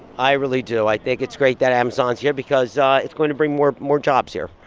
i really do. i think it's great that amazon's here because it's going to bring more more jobs here.